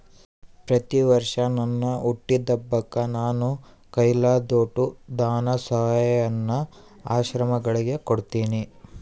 ಪ್ರತಿವರ್ಷ ನನ್ ಹುಟ್ಟಿದಬ್ಬಕ್ಕ ನಾನು ಕೈಲಾದೋಟು ಧನಸಹಾಯಾನ ಆಶ್ರಮಗುಳಿಗೆ ಕೊಡ್ತೀನಿ